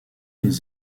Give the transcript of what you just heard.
des